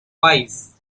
wise